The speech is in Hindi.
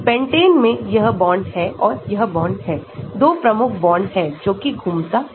पेंटेन में यह बॉन्ड है और यह बॉन्ड है 2 प्रमुख बॉन्ड हैजोकि घूमता है